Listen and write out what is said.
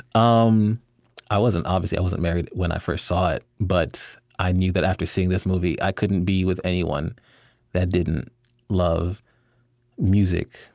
um i wasn't obviously, i wasn't married when i first saw it, but i knew that after seeing this movie, i couldn't be with anyone that didn't love music.